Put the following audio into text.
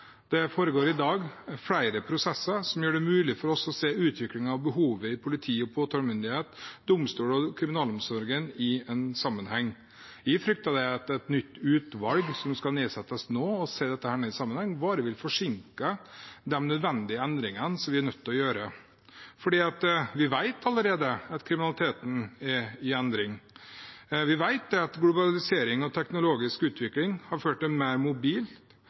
Det foregår i dag flere prosesser som gjør det mulig for oss å se utviklingen av behovet i politi- og påtalemyndighet, domstolene og kriminalomsorgen i en sammenheng. Jeg frykter at et nytt utvalg som skal nedsettes nå og se dette i sammenheng, bare vil forsinke de nødvendige endringene som vi er nødt til gjøre. Vi vet allerede at kriminaliteten er i endring. Vi vet at globalisering og teknologisk utvikling har ført til en mer